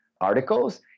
articles